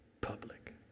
public